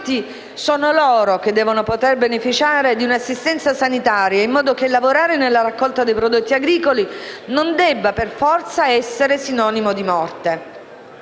braccianti che devono poter beneficiare di un'assistenza sanitaria, in modo che lavorare nella raccolta dei prodotti agricoli non debba per forza essere sinonimo di morte.